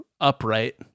upright